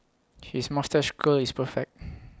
his moustache curl is perfect